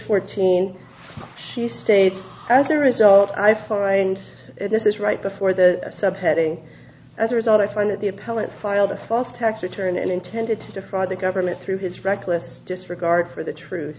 fourteen she states as a result i find this is right before the subheading as a result i find that the appellant filed a false tax return and intended to defraud the government through his reckless disregard for the truth